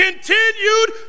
Continued